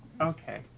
Okay